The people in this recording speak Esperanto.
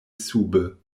sube